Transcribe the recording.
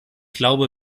glaube